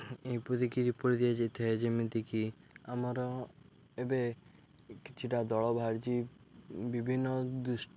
ଏହିପରିକି ରୂପରେ ଦିଆଯାଇଥାଏ ଯେମିତିକି ଆମର ଏବେ କିଛିଟା ଦଳ ବାହାରିଛି ବିଭିନ୍ନ